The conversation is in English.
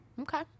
Okay